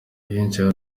henshi